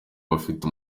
abafite